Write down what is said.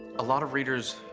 a lot of readers,